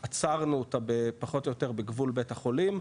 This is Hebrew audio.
עצרנו אותה פחות או יותר בגבול בית החולים,